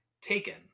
taken